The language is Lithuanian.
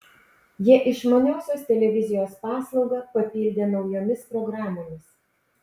jie išmaniosios televizijos paslaugą papildė naujomis programomis